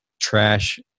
trash